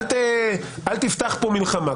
אל תפתח פה מלחמה.